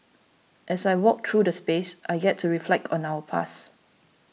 as I walk through the space I get to reflect on our past